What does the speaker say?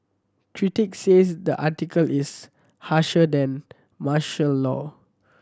critics says the article is harsher than martial law